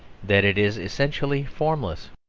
that it is essentially formless.